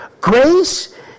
Grace